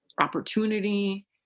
opportunity